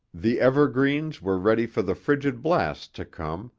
the evergreens were ready for the frigid blasts to come,